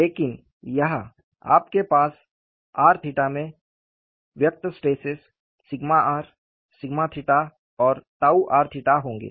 लेकिन यहां आपके पास r 𝜭 में व्यक्त स्ट्रेसेस r और r होंगे